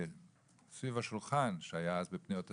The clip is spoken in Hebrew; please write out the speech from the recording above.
סביב השולחן שהיה אז בפניות הציבור,